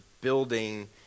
building